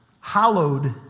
hallowed